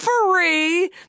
free